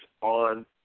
on